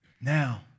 Now